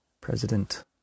President